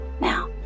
now